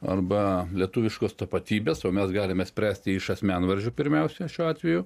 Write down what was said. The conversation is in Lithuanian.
arba lietuviškos tapatybės o mes galime spręsti iš asmenvardžių pirmiausia šiuo atveju